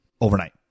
overnight